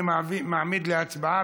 אני מעמיד להצבעה.